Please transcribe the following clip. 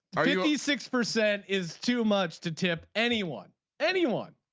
are you only six percent. is too much to tip anyone anyone